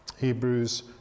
Hebrews